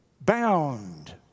bound